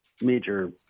major